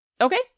Okay